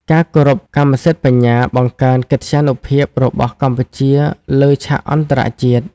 ការគោរពកម្មសិទ្ធិបញ្ញាបង្កើនកិត្យានុភាពរបស់កម្ពុជាលើឆាកអន្តរជាតិ។